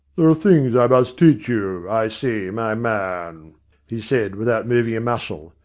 there are things i must teach you, i see, my man he said, without moving a muscle,